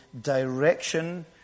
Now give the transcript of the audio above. direction